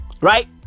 right